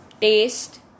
taste